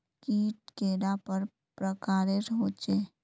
कीट कैडा पर प्रकारेर होचे?